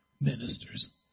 ministers